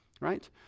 right